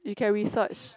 you can research